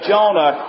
Jonah